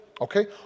Okay